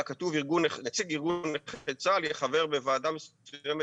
אלא כתוב נציג ארגון נכי צה"ל יהיה חבר בוועדה מסוימת